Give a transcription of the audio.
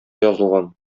язылган